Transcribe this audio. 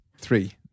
three